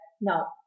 No